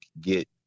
get